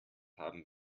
haben